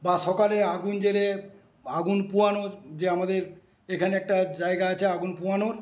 বা সকালে আগুন জ্বেলে আগুন পোহানো যে আমাদের এখানে একটা জায়গা আছে আগুন পোহানোর